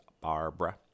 Barbara